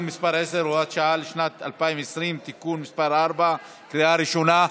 והוראת שעה לשנת 2020) (תיקון מס' 4) בקריאה ראשונה.